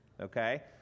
okay